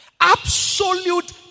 Absolute